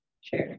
sure